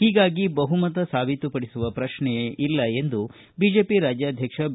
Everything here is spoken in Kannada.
ಹೀಗಾಗಿ ಬಹುಮತ ಸಾಬೀತುಪಡಿಸುವ ಪ್ರಕ್ಷೆಯೇ ಇಲ್ಲ ಎಂದು ಬಿಜೆಪಿ ರಾಜ್ಯಾದ್ಯಕ್ಷ ಬಿ